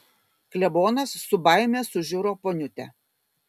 klebonas su baime sužiuro poniutę